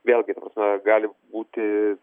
vėlgi ta prasme gali būti